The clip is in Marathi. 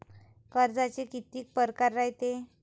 कर्जाचे कितीक परकार रायते?